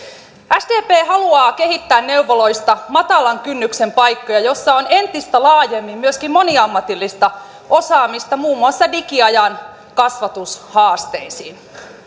sdp haluaa kehittää neuvoloista matalan kynnyksen paikkoja joissa on entistä laajemmin myöskin moniammatillista osaamista muun muassa digiajan kasvatushaasteisiin